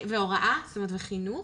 והוראה, חינוך,